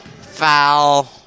Foul